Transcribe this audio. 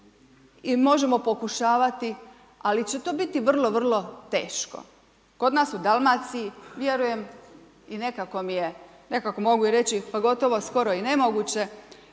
i možemo pokušavati, ali će to biti vrlo, vrlo teško. Kod nas u Dalmaciji vjerujem i nekako mi je, nekako mogu i reći pa gotovo skoro i nemoguće